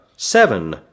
seven